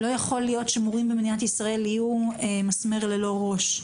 לא יכול להיות שמורים במדינת ישראל יהיו מסמר ללא ראש.